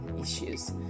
issues